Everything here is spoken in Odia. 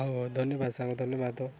ହଉ ହଉ ଧନ୍ୟବାଦ ସାଙ୍ଗ ଧନ୍ୟବାଦ